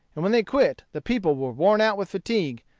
and when they quit the people were worn out with fatigue,